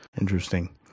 Interesting